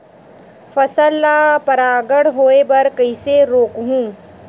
फसल ल परागण होय बर कइसे रोकहु?